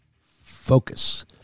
focus